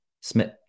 Smith